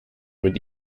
mit